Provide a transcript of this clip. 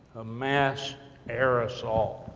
a mass air assault.